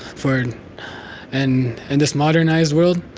for and in this modernized world,